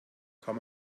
kann